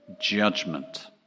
judgment